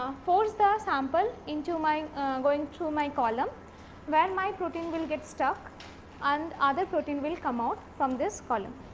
um force the sample into my going through my column when my protein will get stuck and other protein will come out from this column.